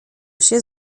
się